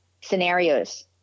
scenarios